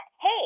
hey